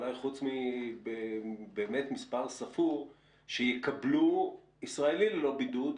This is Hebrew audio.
אולי חוץ ממספר ספור שיקבלו ישראלי ללא בידוד,